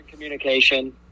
communication